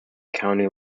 county